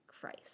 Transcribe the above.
Christ